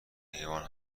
حیوان